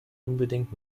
unbedingt